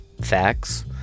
facts